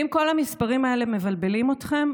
ואם כל המספרים האלה מבלבלים אתכם,